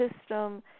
system